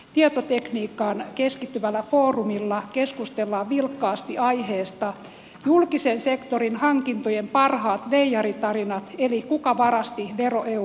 tietotekniikkaan keskittyvällä foorumilla keskustellaan vilkkaasti aiheesta julkisen sektorin hankintojen parhaat veijaritarinat eli kuka varasti ja eu